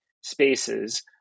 spaces